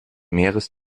meeres